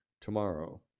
tomorrow